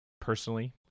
personally